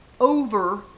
over